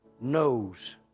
knows